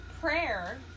prayer